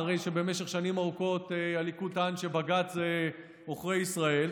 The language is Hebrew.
אחרי שבמשך שנים ארוכות הליכוד טען שבג"ץ זה עוכרי ישראל,